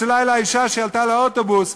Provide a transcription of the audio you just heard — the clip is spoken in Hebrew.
צלצלה אלי אישה שעלתה לאוטובוס,